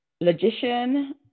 Logician